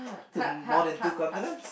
to more than two continents